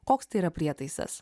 koks tai yra prietaisas